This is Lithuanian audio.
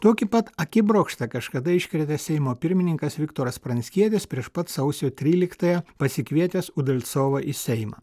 tokį pat akibrokštą kažkada iškrėtė seimo pirmininkas viktoras pranckietis prieš pat sausio tryliktąją pasikvietęs udalcovą į seimą